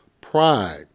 Pride